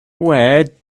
where